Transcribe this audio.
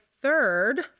third